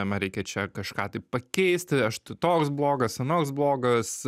ma reikia čia kažką tai pakeisti aš to toks blogas anoks blogas